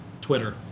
Twitter